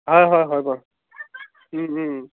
হয় হয় হয় বাৰু